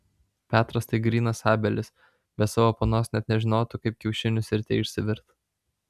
petras tai grynas abelis be savo panos net nežinotų kaip kiaušinius ryte išsivirt